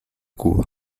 cuba